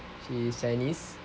she's chinese